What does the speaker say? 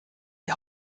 die